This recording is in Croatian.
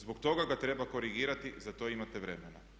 Zbog toga ga treba korigirati, za to imate vremena.